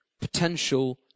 Potential